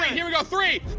here we go. three,